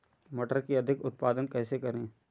मटर का अधिक उत्पादन कैसे करें?